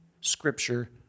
scripture